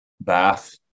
bath